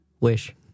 wish